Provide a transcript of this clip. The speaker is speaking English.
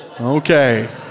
Okay